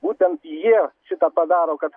būtent jie šitą padaro kad